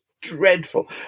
dreadful